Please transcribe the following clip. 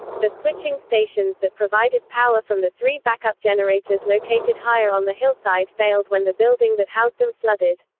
the switching stations that provided power from the three backup generators located higher on the hillside failed when the building that housed them flooded.